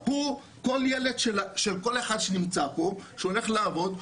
כל ילד של כל אחד שנמצא פה שהולך לעבוד,